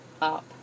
up